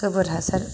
गोबोर हासार